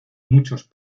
muchos